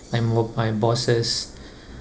by mo~ my bosses